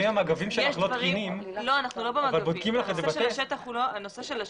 הנושא של השטח,